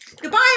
Goodbye